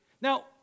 Now